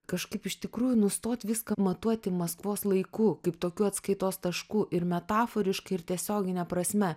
kažkaip iš tikrųjų nustot viską matuoti maskvos laiku kaip tokiu atskaitos tašku ir metaforiškai ir tiesiogine prasme